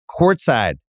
courtside